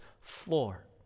floor